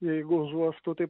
jeigu užuostų tai